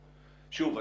שוב,